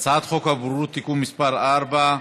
הבוררות (תיקון מס' 4)